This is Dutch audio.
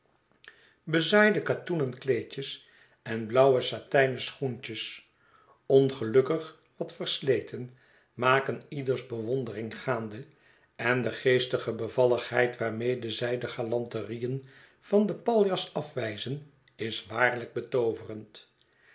bezaaide katoenen kleedjes en blauwe satijnen schoentjes ongelukkig wat versleten maken ieders bewondering gaande endegeestige bevalligheid waarmede zij de galanterieen van den paljas afwijzen is waarlijk betooverend